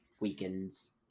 weakens